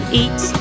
eat